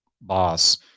boss